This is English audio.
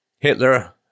Hitler